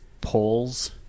polls